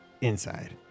inside